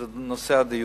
על נושא הדיור.